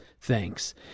thanks